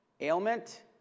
ailment